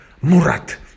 Murat